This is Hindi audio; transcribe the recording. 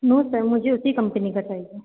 नो सर मुझे उसी कम्पनी का चाहिए